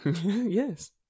Yes